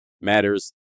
matters